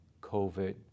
COVID